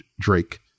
Drake